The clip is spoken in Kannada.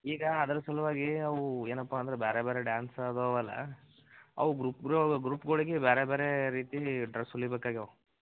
ಈಗ ಅದರ ಸಲುವಾಗಿ ಅವು ಏನಪ್ಪ ಅಂದರೆ ಬೇರೆ ಬೇರೆ ಡ್ಯಾನ್ಸ್ ಅದಾವಲ್ಲ ಅವು ಗ್ರೂಪ್ಗ್ರೋ ಗ್ರೂಪ್ಗಳಿಗೆ ಬೇರೆ ಬೇರೆ ರೀತಿಲಿ ಡ್ರೆಸ್ ಹೊಲಿಬೇಕಾಗ್ಯವೆ